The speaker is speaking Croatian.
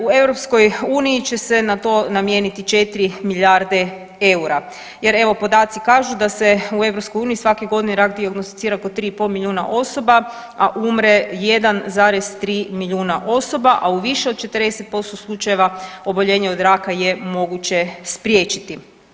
U EU će se na to namijeniti 4 milijarde EUR-a jer evo podaci kažu da se u EU svake godine rak dijagnosticira oko 3,5 milijuna osoba, a umre 1,3 milijuna osoba, a u više od 40% slučajeva oboljenje od raka je moguće spriječiti.